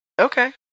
Okay